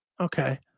Okay